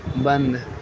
بند